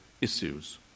issues